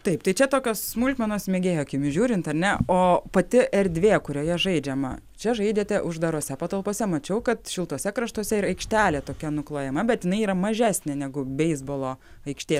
taip tai čia tokios smulkmenos mėgėjo akimis žiūrint ar ne o pati erdvė kurioje žaidžiama čia žaidėte uždarose patalpose mačiau kad šiltuose kraštuose ir aikštelė tokia nuklojama bet jinai yra mažesnė negu beisbolo aikštė